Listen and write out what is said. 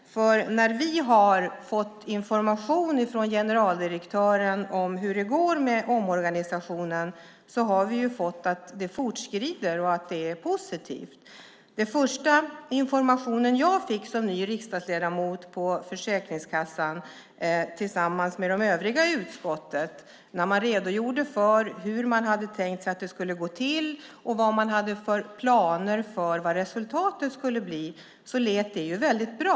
När vi fått information av generaldirektören om hur det går med omorganisationen har vi fått höra att det fortskrider och att det är positivt. Den första information jag som ny riksdagsledamot, liksom de övriga ledamöterna i utskottet, fick av Försäkringskassan var en redogörelse för hur de tänkt sig att det hela skulle gå till och vad de hade för planer när det gällde resultatet. Det lät väldigt bra.